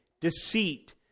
deceit